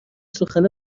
سخن